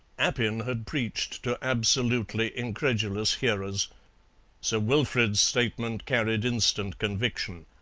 appin had preached to absolutely incredulous hearers sir wilfrid's statement carried instant conviction.